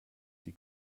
die